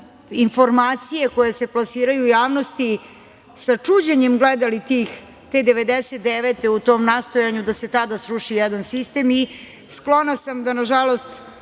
informacije koje se plasiraju u javnosti sa čuđenjem gledali te 1999. godine, a u tom nastojanju da se tada sruši jedan sistem. Sklona sam da, nažalost,